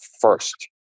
first